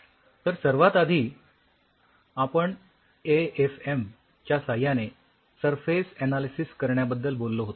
तर सर्वात आधी आपण एएफएम च्या साह्याने सरफेस अनालिसिस करण्याबद्दल बोललो होतो